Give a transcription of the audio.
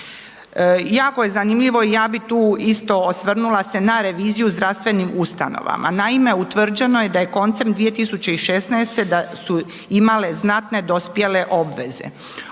Jako je zanimljivo, ja bi tu isto osvrnula se na reviziju zdravstvenim ustanovama. Naime, utvrđeno je da je koncem 2016., da su imale znatne dospjele obveze.